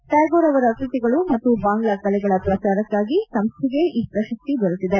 ಟ್ಕಾಗೋರ್ ಅವರ ಕೃತಿಗಳು ಮತ್ತು ಬಾಂಗ್ಲಾ ಕಲೆಗಳ ಪ್ರಚಾರಕ್ಕಾಗಿ ಸಂಸ್ಥೆಗೆ ಈ ಪ್ರಶಸ್ತಿ ದೊರೆತಿದೆ